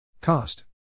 Cost